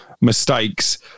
mistakes